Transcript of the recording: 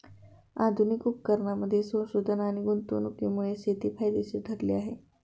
आधुनिक उपकरणांमध्ये संशोधन आणि गुंतवणुकीमुळे शेती फायदेशीर ठरली आहे